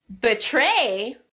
Betray